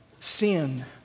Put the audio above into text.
sin